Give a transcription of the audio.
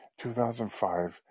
2005